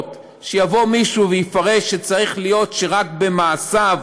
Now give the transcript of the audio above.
שיבוא מישהו ויפרש שצריך להיות שרק במעשיו